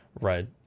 right